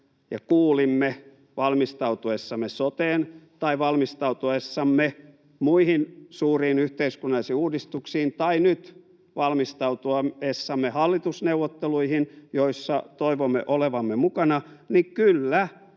ja kuulimme valmistautuessamme soteen tai valmistautuessamme muihin suuriin yhteiskunnallisiin uudistuksiin tai nyt valmistautuessamme hallitusneuvotteluihin, joissa toivomme olevamme mukana, niin kyllä,